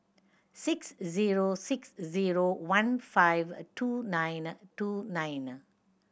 six zero six zero one five a two nine two nine